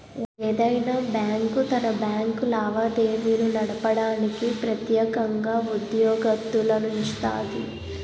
ఏదైనా బ్యాంకు తన బ్యాంకు లావాదేవీలు నడపడానికి ప్రెత్యేకంగా ఉద్యోగత్తులనుంచుతాది